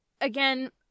Again